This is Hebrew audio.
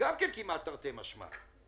כמעט תרתי משמע.